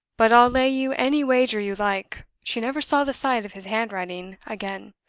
but i'll lay you any wager you like, she never saw the sight of his handwriting again.